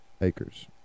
acres